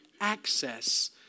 access